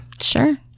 Sure